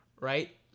right